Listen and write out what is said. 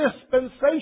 dispensation